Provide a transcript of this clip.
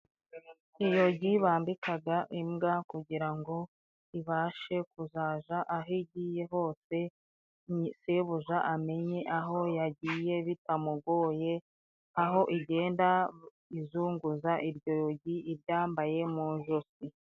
Iyogi bambikaga imbwa kugira ngo ibashe kuzaza aho igiye hose shebuja amenye aho yagiye bitamugoye. Aho igenda izunguza iryo yogi, iryambaye mu josi.